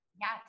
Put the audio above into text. yes